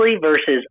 versus